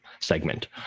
segment